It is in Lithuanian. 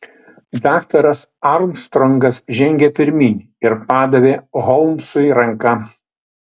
daktaras armstrongas žengė pirmyn ir padavė holmsui ranką